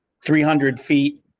three hundred feet,